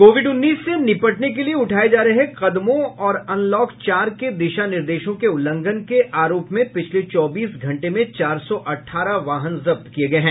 Covid उन्नीस से निपटने के लिये उठाये जा रहे कदमों और अनलॉक चार के दिशा निर्देशों के उल्लंघन के आरोप में पिछले चौबीस घंटे में चार सौ अठारह वाहन जब्त किये गये हैं